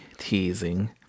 Teasing